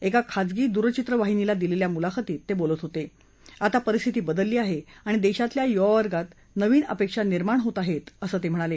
एका खासगी दूरचित्रवाहिनीला दिलेल्या मुलाखतीत ते बोलत होते आता परिस्थिती बदलली आहे आणि देशातल्या युवावर्गामधे नवीन अपेक्षा निर्माण होत आहे असं ते म्हणाले